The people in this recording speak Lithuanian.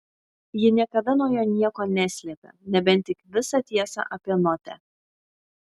ji niekada nuo jo nieko neslėpė nebent tik visą tiesą apie notę